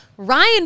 Ryan